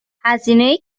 هزینه